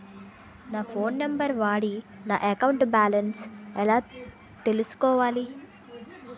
నా phone number వాడి నా అకౌంట్ బాలన్స్ ఎలా తెలుసుకోవాలి?